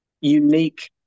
unique